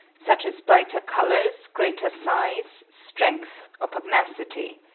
such as brighter colours, greater size, strength, or pugnacity.